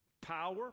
power